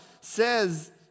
says